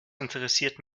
interessiert